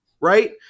right